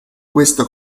questo